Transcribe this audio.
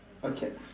okay